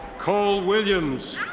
cole wiliams.